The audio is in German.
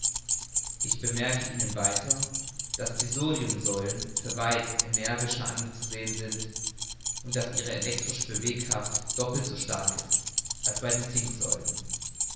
ich bemerke ihnen weiter daß die sodiumsäulen für weit energischer anzusehen sind und daß ihre elektrische bewegkraft doppelt so stark ist als bei